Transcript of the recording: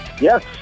Yes